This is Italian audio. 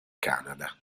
canada